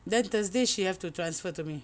then Thursday she have to transfer to me